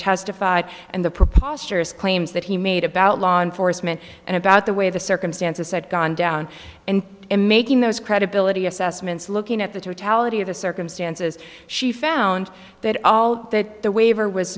testified and the proposed claims that he made about law enforcement and about the way the circumstances had gone down and in making those credibility assessments looking at the totality of the circumstances she found that all that the waiver was